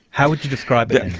how would you describe it then?